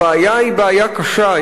הבעיה היא בעיה קשה,